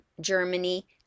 Germany